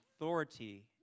authority